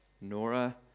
Nora